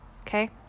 okay